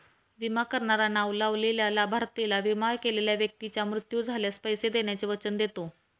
विमा करणारा नाव लावलेल्या लाभार्थीला, विमा केलेल्या व्यक्तीचा मृत्यू झाल्यास, पैसे देण्याचे वचन देतो